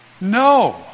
No